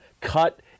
cut